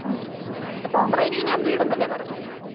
ഉം ഉം പൊമറേനിയൻ ആണ് ബ്രീഡ് എന്നല്ലേ പറഞ്ഞത്